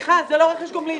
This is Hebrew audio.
סליחה, זה לא רכש גומלין.